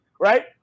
Right